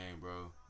bro